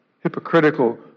hypocritical